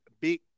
big